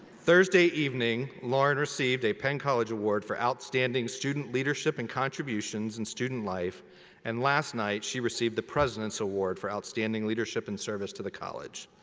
thursday evening, lauren received a penn college award for outstanding student leadership and contributions in student life and last night she received the president's award for outstanding leadership and service to the college.